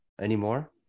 anymore